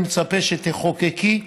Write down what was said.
אני מצפה שתחוקקי,